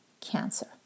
cancer